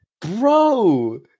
bro